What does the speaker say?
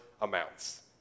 amounts